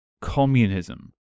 communism